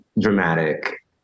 dramatic